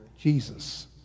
Jesus